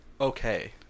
okay